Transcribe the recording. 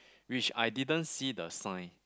which I didn't see the sign